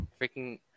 freaking